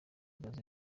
gaju